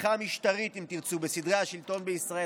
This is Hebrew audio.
הפיכה משטרית, אם תרצו, בסדרי השלטון בישראל.